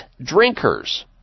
drinkers